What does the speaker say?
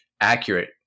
accurate